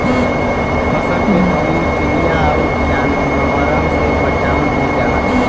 फसल के कउनो चिड़िया आउर जानवरन से बचावल भी जाला